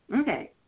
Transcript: Okay